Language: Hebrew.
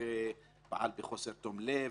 שהזוכה פעל בחוסר תום לב,